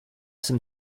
some